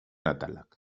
atalak